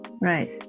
Right